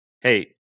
Hey